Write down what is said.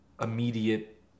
immediate